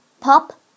Pop